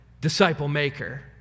disciple-maker